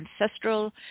ancestral